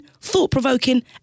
thought-provoking